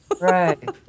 Right